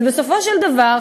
ובסופו של דבר,